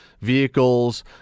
vehicles